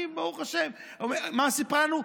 אני, ברוך השם, מה היא סיפרה לנו?